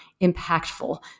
impactful